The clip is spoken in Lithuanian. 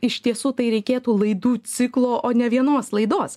iš tiesų tai reikėtų laidų ciklo o ne vienos laidos